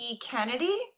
Kennedy